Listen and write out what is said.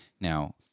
Now